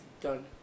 Done